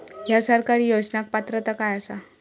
हया सरकारी योजनाक पात्रता काय आसा?